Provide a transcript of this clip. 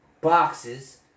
boxes